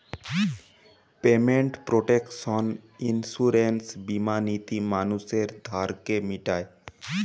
payment protection insurance বীমা নীতি মানুষের ধারকে মিটায়